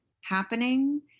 happening